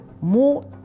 more